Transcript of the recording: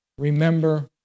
Remember